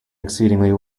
exceedingly